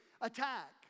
attack